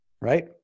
right